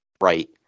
Right